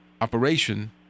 operation